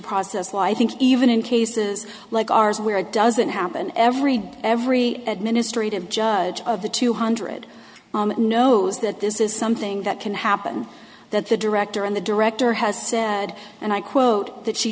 process lie think even in cases like ours where it doesn't happen every day every administrative judge of the two hundred knows that this is something that can happen that the director and the director has said and i quote that she